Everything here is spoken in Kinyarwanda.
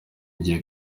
ngiye